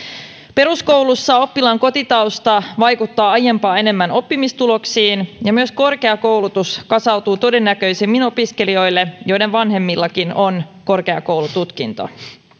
peruskoulussa oppilaan kotitausta vaikuttaa aiempaa enemmän oppimistuloksiin ja myös korkeakoulutus kasautuu todennäköisemmin opiskelijoille joiden vanhemmillakin on korkeakoulututkinto